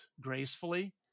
gracefully